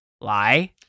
lie